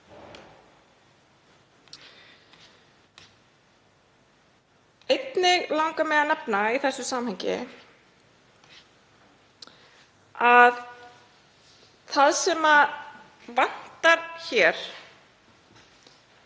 Einnig langar mig að nefna í þessu samhengi að það sem vantar í